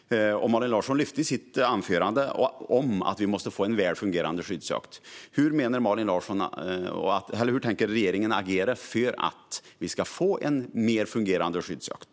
Malin Larsson lyfte i sitt anförande upp att vi måste få en väl fungerande skyddsjakt. Hur tänker regeringen agera för att vi ska få en bättre fungerande skyddsjakt?